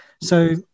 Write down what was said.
So-